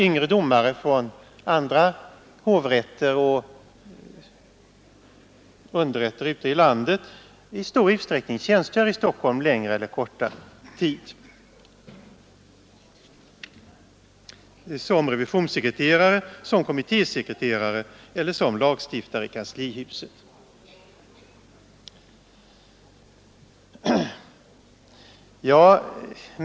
Yngre domare från andra hovrätter och underrätter ute i landet brukar i stor utsträckning tjänstgöra i Stockholm längre eller kortare tid som revisionssekreterare, som kommittésekreterare eller som lagstiftare i kanslihuset.